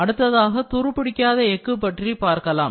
அடுத்ததாக துருபிடிக்காத எக்கு பற்றி பார்க்கலாம்